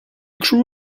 crew